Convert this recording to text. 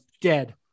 dead